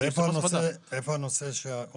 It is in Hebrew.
אז מה ההיגיון בתשובה שצריך